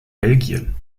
belgien